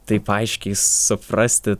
taip aiškiai suprasti